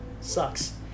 sucks